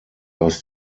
aus